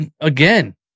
again